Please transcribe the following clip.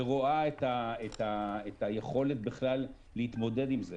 ורואה את היכולת בכלל להתמודד עם זה.